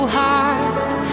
heart